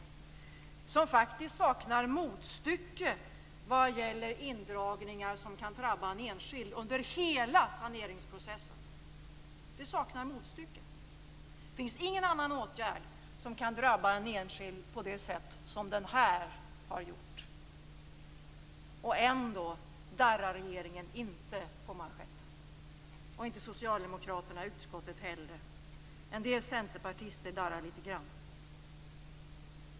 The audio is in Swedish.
Och detta är faktiskt en besparing som saknar motstycke under hela saneringsprocessen vad gäller indragningar som kan drabba en enskild. Den saknar motstycke! Ingen annan åtgärd kan drabba en enskild på det sätt som den här har gjort. Ändå darrar regeringen inte på manschetten, och inte socialdemokraterna i utskottet heller. En del centerpartister darrar litet grand.